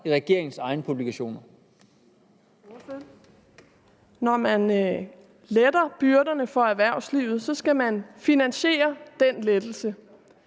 Carsten Nielsen (RV): Når man letter byrderne for erhvervslivet, så skal man finansiere den lettelse.